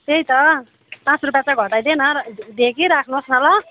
त्यही त पाँच रुपियाँ चाहिँ घटाइ देन दिएँ कि राख्नुहोस् न ल